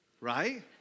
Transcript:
Right